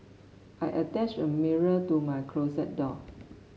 I attached a mirror to my closet door